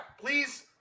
please